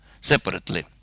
separately